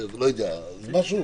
משהו